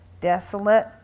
Desolate